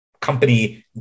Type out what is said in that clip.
company